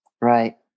right